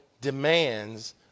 demands